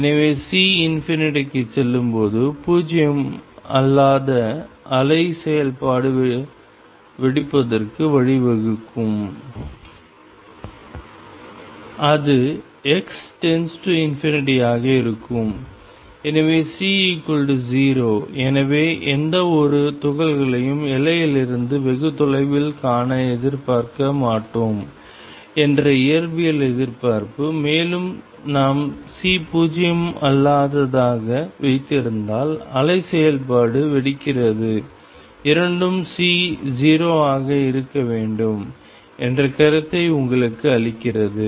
எனவே C க்குச் செல்லும்போது பூஜ்ஜியம் அல்லாததாக அலை செயல்பாடு வெடிப்பதற்கு வழிவகுத்திருக்கும் அது x→∞ ஆக இருக்கும் எனவே C0 எனவே எந்தவொரு துகள்களையும் எல்லையிலிருந்து வெகு தொலைவில் காண எதிர்பார்க்க மாட்டோம் என்ற இயற்பியல் எதிர்பார்ப்பு மேலும் நாம் C பூஜ்ஜியம் அல்லாததாக வைத்திருந்தால் அலை செயல்பாடு வெடிக்கிறது இரண்டும் C 0 ஆக இருக்க வேண்டும் என்ற கருத்தை உங்களுக்கு அளிக்கிறது